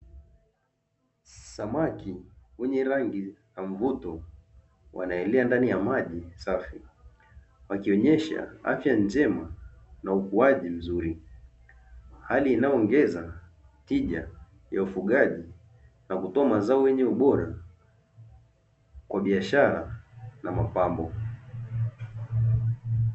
Samaki wenye rangi za mvuto wanaelea ndani ya maji safi, wakionyesha afya njema na ukuaji mzuri, hali inayoongeza tija ya ufugaji na kutoa mazao yenye ubora kwa biashara na mapambo.